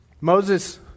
Moses